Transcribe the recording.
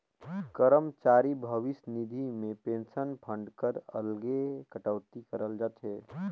करमचारी भविस निधि में पेंसन फंड कर अलगे कटउती करल जाथे